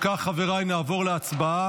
אם כך, חבריי, נעבור להצבעה.